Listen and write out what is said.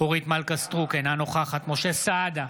אורית מלכה סטרוק, אינה נוכחת משה סעדה,